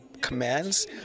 commands